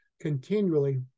continually